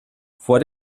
vor